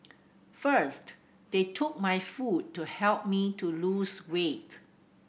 first they took my food to help me to lose weight